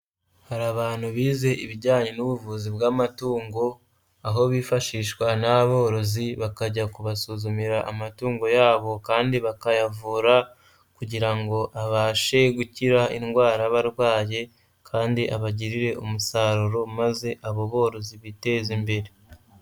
Hari abantu bize ibijyanye n'ubuvuzi bw'amatungo, aho bifashishwa n'aborozi bakajya kubasuzumira amatungo yabo kandi bakayavura kugira ngo abashe gukira indwara barwaye kandi abagirire umusaruro maze abo borozi biteze imbere.